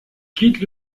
quitte